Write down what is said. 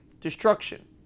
Destruction